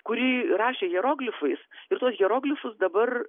kuri rašė hieroglifais ir tuos hieroglifus dabar